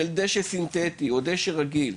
של דשא סינטטי או דשא רגיל,